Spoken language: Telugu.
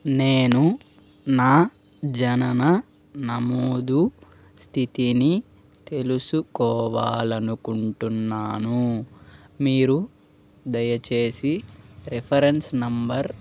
నేను నా జనన నమోదు స్థితిని తెలుసుకోవాలనుకుంటున్నాను మీరు దయచేసి రెఫరెన్స్ నంబర్